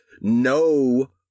no